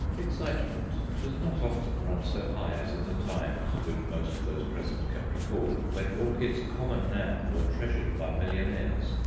excitement does not often run so high as in the times, which most of those present can recall, when orchids common now were treasured by millionaires.